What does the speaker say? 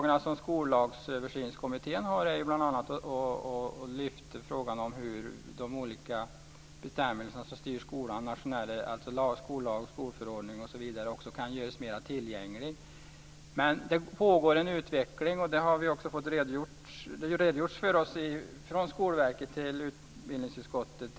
Ett av skollagsöversynskommitténs uppdrag är att se över hur de olika bestämmelser som styr skolan nationellt - alltså skollag, skolförordning osv. - kan göras mer tillgängliga. Men det pågår en utveckling, och det har också Skolverket redogjort för inför utbildningsutskottet.